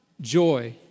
joy